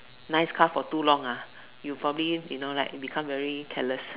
nice car for too long ah you probably you know like become like very careless